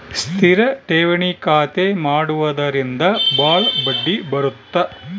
ಸ್ಥಿರ ಠೇವಣಿ ಖಾತೆ ಮಾಡುವುದರಿಂದ ಬಾಳ ಬಡ್ಡಿ ಬರುತ್ತ